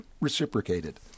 reciprocated